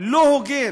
לא הוגן.